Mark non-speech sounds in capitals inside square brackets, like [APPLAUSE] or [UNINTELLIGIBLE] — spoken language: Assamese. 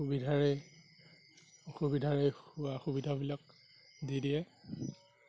সুবিধাৰেই অসুবিধা [UNINTELLIGIBLE] সুবিধাবিলাক দি দিয়ে